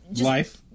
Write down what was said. Life